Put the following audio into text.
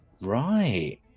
right